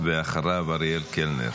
אחריו, אריאל קלנר.